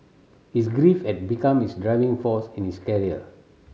his grief had become his driving force in his career